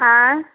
अँए